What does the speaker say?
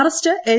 arrest L